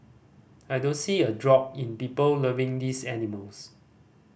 I don't see a drop in people loving these animals